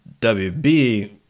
WB